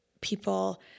people